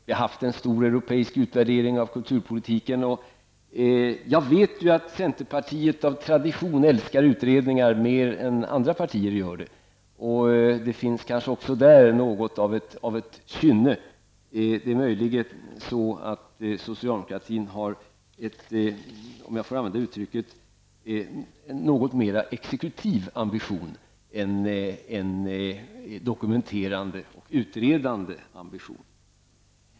Det har skett en stor europeisk utvärdering av kulturpolitiken. Jag vet att centerpartiet av tradition älskar utredningar mer än andra partier gör, och det finns kanske där också något av ett kynne för detta. Socialdemokratin har möjligen, om jag får använda det uttrycket, en något mer exekutiv ambition än ambitionen att dokumentera och utreda.